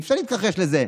אי-אפשר להתכחש לזה.